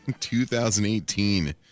2018